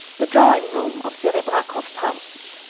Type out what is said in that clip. the drawing-room of serebrakoff's house.